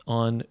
on